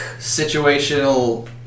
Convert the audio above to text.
situational